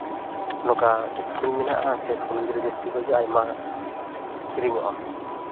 ᱱᱚᱝᱠᱟ ᱥᱠᱩᱞ ᱢᱮᱱᱟᱜᱼᱟ ᱥᱮ ᱥᱠᱩᱞ ᱜᱤᱫᱽᱨᱟᱹ ᱡᱟᱹᱥᱛᱤ ᱠᱚ ᱦᱤᱡᱩᱜᱼᱟ ᱟᱭᱢᱟ ᱟᱹᱠᱷᱨᱤᱧᱚᱜᱼᱟ